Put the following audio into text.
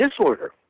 disorder